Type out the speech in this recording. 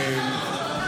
הכנסת רוטמן.